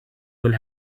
will